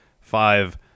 five